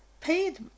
paid